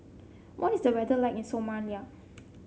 what is the weather like in Somalia